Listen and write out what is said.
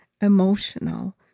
emotional